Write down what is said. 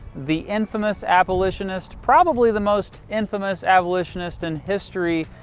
the infamous abolitionist, probably the most infamous abolitionist in history.